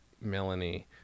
melanie